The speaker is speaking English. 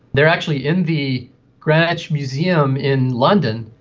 they are actually in the greenwich museum in london,